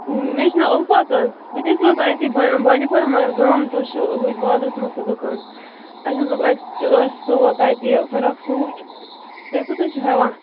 مےٚ چھُ ناو اُلفت حَظ بہٕ تہِ حَظ چھَُس روزان أتی بانڈی پوراہ مگر گامٕتۍ حَظ چھِ ہُتہِ بازار کُن دُکان اسہِ حَظ دوٚپ أسۍ سُوو تتہِ یہِ فِراک سوٗٹھ تُہۍ کوٗتاہ چھُو ہیوان